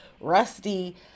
rusty